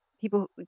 people